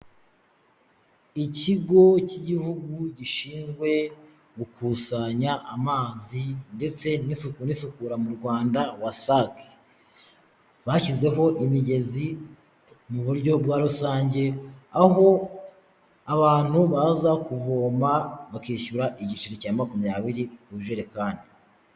Ikigo cy'igihugu gishinzwe gukusanya amazi ndetse n'isuku n'isukura mu Rwanda, wasake. Bashyizezweho imigezi mu buryo bwa rusange, aho abantu baza kuvoma, bakishyura igiceri cya makumyabiri ku jerekani.